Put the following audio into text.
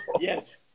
yes